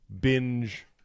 binge-